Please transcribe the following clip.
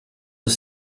aux